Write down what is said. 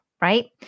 right